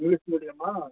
English ಮೀಡಿಯಮ್ಮಾ